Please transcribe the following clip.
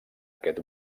aquest